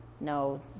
no